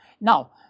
Now